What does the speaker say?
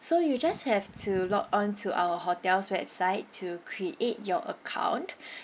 so you just have to log on to our hotel's website to create your account